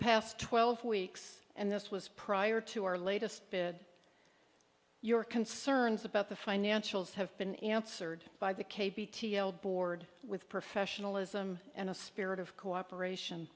past twelve weeks and this was prior to our latest bid your concerns about the financials have been answered by the k b t l board with professionalism and a spirit of cooperation